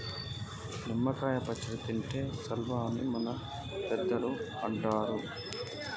నిమ్మ కాయ పచ్చడి తింటే సల్వా అని మన పెద్దలు అంటరు